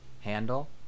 handle